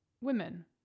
women